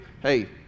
Hey